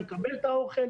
ולקבל את האוכל.